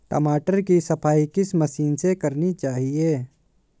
टमाटर की सफाई किस मशीन से करनी चाहिए?